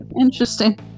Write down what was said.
interesting